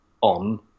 on